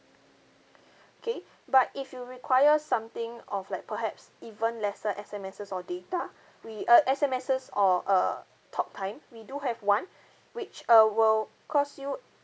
okay but if you require something of like perhaps even lesser S_M_Ses or data we uh S_M_Ses or uh talk time we do have one which uh will cost you